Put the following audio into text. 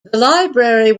library